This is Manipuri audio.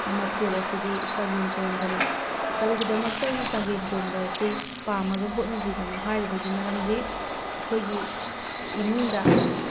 ꯃꯊꯦꯜ ꯑꯁꯤꯗꯤ ꯆꯒꯦꯝ ꯄꯣꯝꯕꯅꯤ ꯀꯔꯤꯒꯤꯗꯃꯛꯇ ꯑꯩꯅ ꯆꯒꯦꯝ ꯄꯣꯝꯕ ꯑꯁꯤ ꯄꯥꯝꯃꯒ ꯍꯣꯠꯅꯗ꯭ꯔꯤꯕꯅꯣ ꯍꯥꯏꯔꯤꯕꯒꯤ ꯃꯔꯝꯗꯤ ꯑꯩꯈꯣꯏꯒꯤ ꯏꯃꯨꯡꯗ